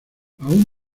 aun